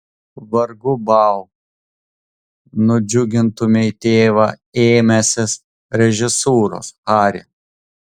vargu bau nudžiugintumei tėvą ėmęsis režisūros hari